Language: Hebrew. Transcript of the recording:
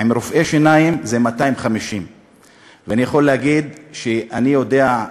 עם רופאי שיניים זה 250. ואני יכול להגיד שאני יודע,